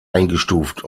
eingestuft